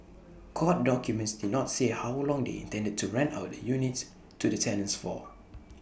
court documents did not say how long they intended to rent out the units to the tenants for